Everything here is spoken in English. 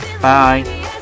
Bye